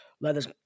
leathers